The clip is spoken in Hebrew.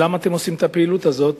למה אתם עושים את הפעילות הזאת